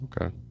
Okay